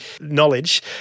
knowledge